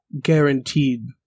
guaranteed